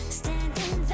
standing